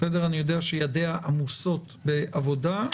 אני יודע שידיה עמוסות בעבודה,